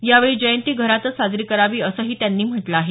यावेळी जयंती घरातच साजरी करावी असं त्यांनी म्हटलं आहे